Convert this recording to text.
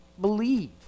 believe